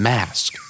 Mask